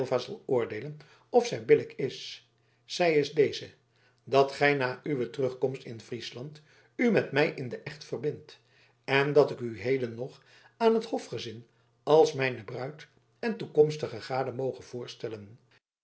oordeelen of zij billijk is zij is deze dat gij na uwe terugkomst in friesland u met mij in den echt verbindt en dat ik u heden nog aan het hofgezin als mijne bruid en toekomstige gade moge voorstellen